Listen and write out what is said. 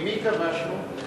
ממי כבשנו?